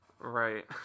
Right